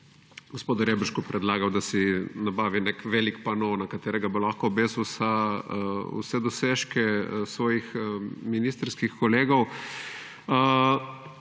gospodu Reberšku predlagal, da si nabavi nek velik pano, na katerega bo lahko obesil vse dosežke svojih ministrskih kolegov.